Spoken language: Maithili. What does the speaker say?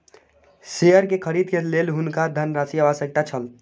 शेयर के खरीद के लेल हुनका धनराशि के आवश्यकता छल